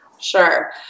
Sure